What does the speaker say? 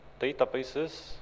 databases